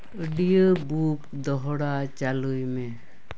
audiobook ᱫᱚᱦᱲᱟ ᱪᱟᱹᱞᱩᱭ ᱢᱮ